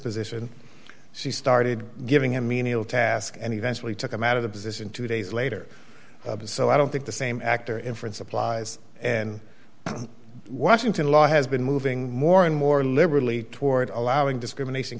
position she started giving him menial tasks and eventually took him out of the business in two days later so i don't think the same actor inference applies and washington law has been moving more and more liberally toward allowing discrimination